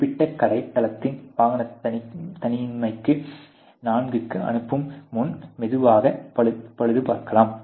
குறிப்பிட்ட கடைத் தளத்தின் வாகனத் தணிக்கைக்கு VI க்கு அனுப்பும் முன் மெதுவாகப் பழுதுபார்க்கலாம்